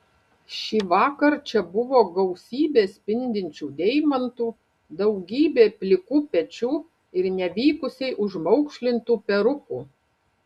šįvakar čia buvo gausybė spindinčių deimantų daugybė plikų pečių ir nevykusiai užmaukšlintų perukų